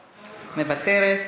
מוותרת,